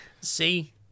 See